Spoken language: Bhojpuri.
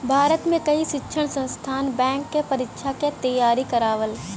भारत में कई शिक्षण संस्थान बैंक क परीक्षा क तेयारी करावल